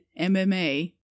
MMA